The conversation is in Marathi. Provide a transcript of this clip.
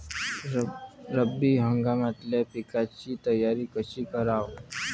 रब्बी हंगामातल्या पिकाइची तयारी कशी कराव?